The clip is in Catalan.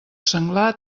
senglar